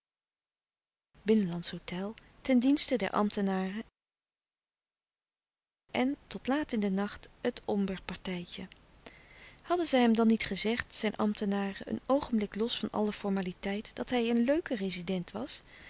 tot laat in den nacht het omberpartijtje hadden zij hem dan niet gezegd zijn ambtenaren een oogenblik los van alle formaliteit dat hij een leuke rezident was